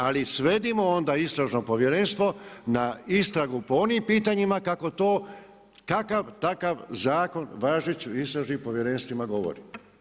Ali svedimo onda Istražno povjerenstvo na istragu po onim pitanjima kako to, kakav takav zakon važeći o istražnim povjerenstvima govori.